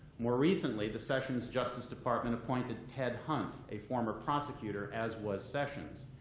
more recently, the sessions justice department appointed ted hunt, a former prosecutor, as was sessions.